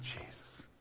jesus